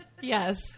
Yes